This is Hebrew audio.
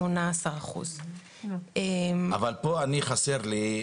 18%. אבל פה אני חסר לי.